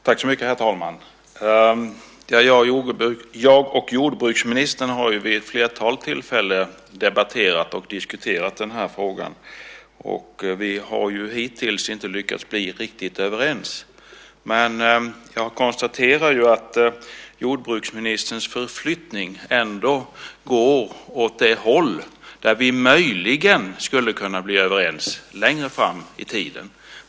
Herr talman! Jag och jordbruksministern har vid ett flertal tillfällen debatterat och diskuterat denna fråga. Och vi har hittills inte lyckats bli riktigt överens. Men jag konstaterar att jordbruksministerns förflyttning ändå går åt det håll där vi möjligen skulle kunna bli överens längre fram i tiden.